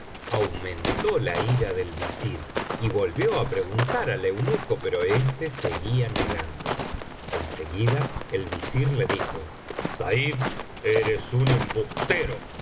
aumentó la ira del visir y volvió á preguntar ai eunuco peto éste seguía negando en seguida el visir le dijo said eres un embustero